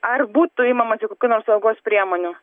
ar būtų imamasi kokių nors saugos priemonių